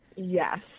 Yes